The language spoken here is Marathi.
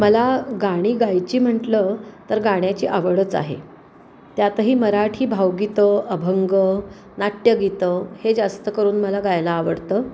मला गाणी गायची म्हंटलं तर गाण्याची आवडच आहे त्यातही मराठी भावगीतं अभंग नाट्यगीतं हे जास्त करून मला गायला आवडतं